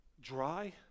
Dry